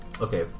okay